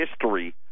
history